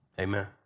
Amen